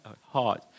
hard